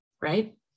right